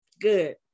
Good